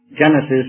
Genesis